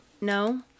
No